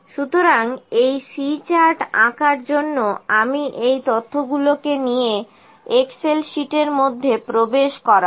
সুতরাং এই C chart আঁকার জন্য আমি এই তথ্যগুলোকে নিয়ে এক্সেল শীটের মধ্যে প্রবেশ করাবো